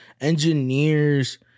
engineers